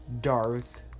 Darth